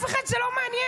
את אף אחד זה לא מעניין.